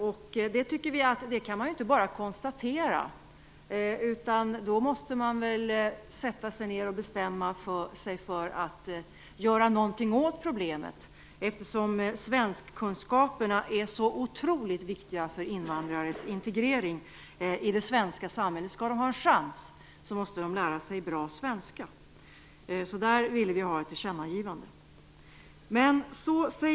Vi kristdemokrater tycker inte att man bara kan konstatera detta, utan att man måste sätta sig ned och bestämma sig för att göra någonting åt problemet, eftersom svenskkunskaperna är så otroligt viktiga för invandrares integrering i det svenska samhället. Skall de ha en chans så måste de lära sig bra svenska. Där vill kristdemokraterna ha ett tillkännagivande.